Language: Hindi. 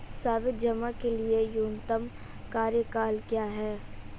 सावधि जमा के लिए न्यूनतम कार्यकाल क्या है?